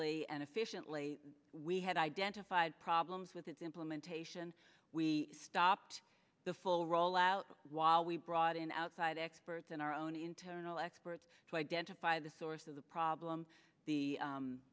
y and efficiently we had identified problems with its implementation we stopped the full rollout while we brought in outside experts in our own internal experts to identify the source of the problem the